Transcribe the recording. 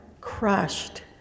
crushed